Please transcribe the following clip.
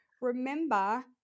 remember